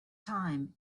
time